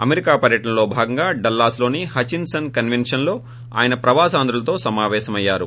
America పర్యటనలో భాగంగా Dallas లోని హచిన్ సన్ కస్పెన్షన్ లో ఆయన ప్రవాసాంధ్రులతో సమాపేశమయ్యారు